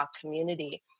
community